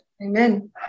amen